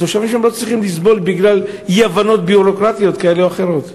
התושבים שם לא צריכים לסבול בגלל אי-הבנות ביורוקרטיות כאלה ואחרות.